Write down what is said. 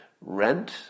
rent